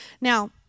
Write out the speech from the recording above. Now